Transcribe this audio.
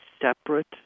separate